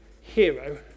hero